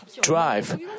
drive